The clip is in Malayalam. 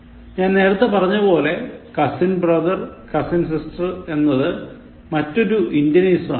ഞാൻ നേരത്തെ പറഞ്ഞ പോലെ cousin brothercousin sister എന്നത് മറ്റൊരു ഇന്ത്യനിസം ആണ്